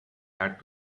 had